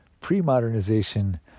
pre-modernization